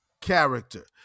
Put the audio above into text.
character